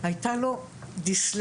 הייתה לו דיסלקציה,